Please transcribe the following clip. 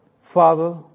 Father